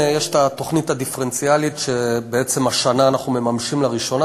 יש תוכנית דיפרנציאלית שבעצם השנה אנחנו מממשים לראשונה.